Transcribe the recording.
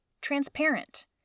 transparent